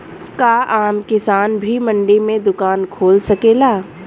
का आम किसान भी मंडी में दुकान खोल सकेला?